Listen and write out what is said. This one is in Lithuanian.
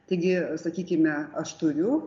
taigi sakykime aš turiu